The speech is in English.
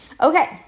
Okay